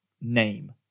name